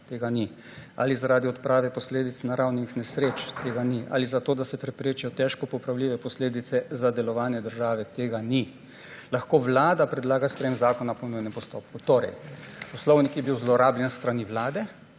tega ni, » ali zaradi odprave posledic naravnih nesreč«, tega ni, »ali zato, da se preprečijo težko popravljive posledice za delovanje države«, tega ni, »lahko vlada predlaga sprejem zakona po nujnem postopku.« Poslovnik je torej bil zlorabljen s strani vlade.